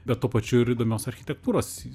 bet tuo pačiu ir įdomios architektūros